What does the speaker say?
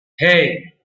hey